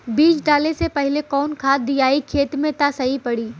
बीज डाले से पहिले कवन खाद्य दियायी खेत में त सही पड़ी?